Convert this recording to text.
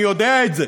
אני יודע את זה.